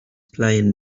plain